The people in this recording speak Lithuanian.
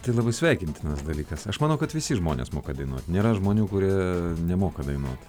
tai labai sveikintinas dalykas aš manau kad visi žmonės moka dainuot nėra žmonių kurie nemoka dainuot